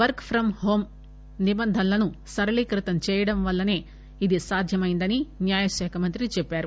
work from home నిబంధనలను సరళీకృతం చేయడం వల్లసే ఇది సాధ్యమైందని న్యాయశాఖ మంత్రి చెప్పారు